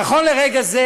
נכון לרגע זה